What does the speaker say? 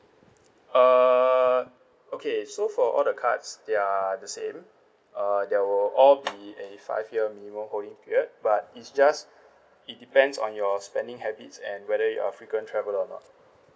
err okay so for all the cards they are the same uh there will all be a five year minimum holding period but it's just it depends on your spending habits and whether you're a frequent traveller or not